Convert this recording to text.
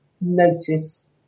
notice